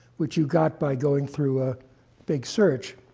what you've got by going through a big search,